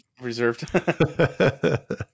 Reserved